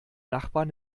nachbarn